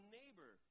neighbor